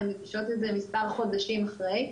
הן מגישות את זה מספר חודשים אחרי,